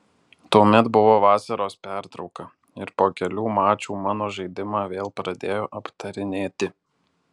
tuomet buvo vasaros pertrauka ir po kelių mačų mano žaidimą vėl pradėjo aptarinėti